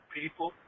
people